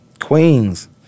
Queens